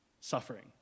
suffering